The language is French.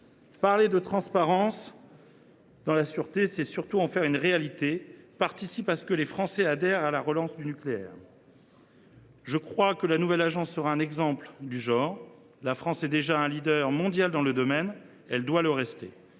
Parler de transparence dans la sûreté, c’est surtout en faire une réalité, afin que les Français adhèrent à la relance du nucléaire. Selon moi, la nouvelle agence sera un exemple du genre. La France est déjà un leader mondial dans ce domaine, et doit le rester.